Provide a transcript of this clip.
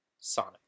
Sonic